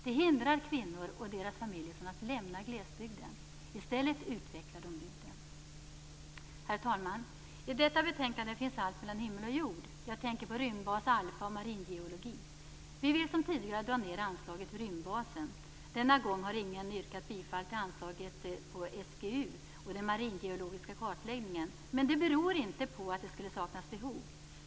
Det hindrar kvinnor och deras familjer från att lämna glesbygden. I stället utvecklar de bygden. Herr talman! I detta betänkande finns allt mellan himmel och jord. Jag tänker på rymdbas alfa och maringeologi. Vi vill som tidigare dra ned anslaget till rymdbasen. Denna gång har ingen yrkat bifall till anslag till SGU och den maringeologiska kartläggningen, men det beror inte på att det skulle saknas behov.